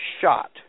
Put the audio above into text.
shot